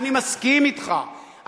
אני מסכים אתך.